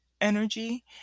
energy